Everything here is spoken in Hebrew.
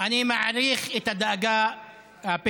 אני מעריך את הדאגה שלך לבדואים.